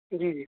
جی جی